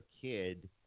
kid